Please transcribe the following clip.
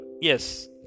yes